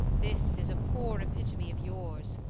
this is a poor epitome of yours,